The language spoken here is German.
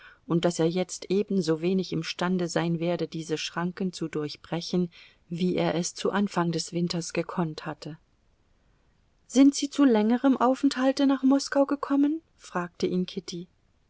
und daß er jetzt ebensowenig imstande sein werde diese schranken zu durchbrechen wie er es zu anfang des winters gekonnt hatte sind sie zu längerem aufenthalte nach moskau gekommen fragte ihn kitty